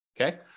Okay